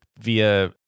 via